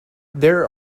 there